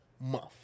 month